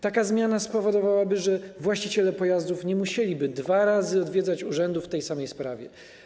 Taka zmiana spowodowałaby, że właściciele pojazdów nie musieliby dwa razy odwiedzać urzędu w tej samej sprawie.